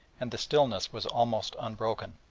and the stillness was almost unbroken.